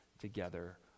together